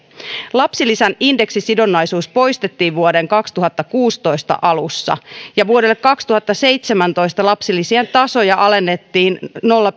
lapsilisän indeksisidonnaisuus poistettiin vuoden kaksituhattakuusitoista alussa ja vuodelle kaksituhattaseitsemäntoista lapsilisien tasoja alennettiin nolla